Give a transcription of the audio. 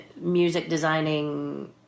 music-designing